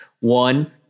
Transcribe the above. One